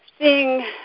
Seeing